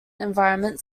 environment